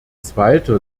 zweiter